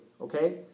okay